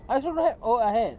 I also don't have oh I had